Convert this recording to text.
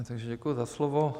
Takže děkuji za slovo.